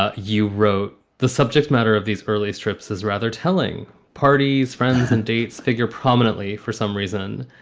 ah you wrote the subject matter of these early strips is rather telling parties, friends and dates figure prominently for some reason.